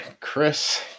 Chris